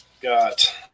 got